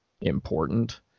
important